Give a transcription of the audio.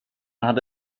hade